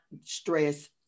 stress